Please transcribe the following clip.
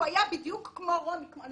הוא היה בדיוק כמו רומי, לא